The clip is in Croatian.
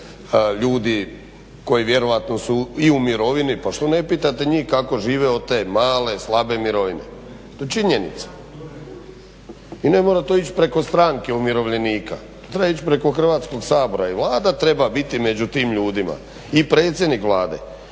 ljudi koji vjerovatno su i u mirovini, pa što ne pitate njih kako žive od te male, slabe mirovine. To je činjenica i ne mora to ići preko Stranke umirovljenika. To treba ići preko Hrvatskog sabora i Vlada treba biti među tim ljudima i predsjednik Vlade.